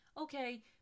okay